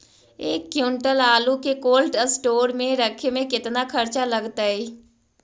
एक क्विंटल आलू के कोल्ड अस्टोर मे रखे मे केतना खरचा लगतइ?